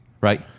right